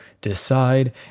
decide